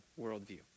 worldview